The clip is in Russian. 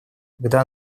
когда